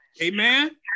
Amen